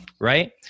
right